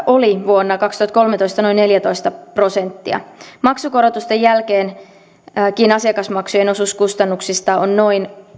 oli vuonna kaksituhattakolmetoista noin neljätoista prosenttia maksukorotusten jälkeenkin asiakasmaksujen osuus kustannuksista on noin